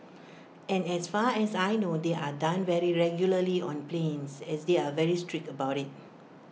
and as far as I know they are done very regularly on planes as they are very strict about IT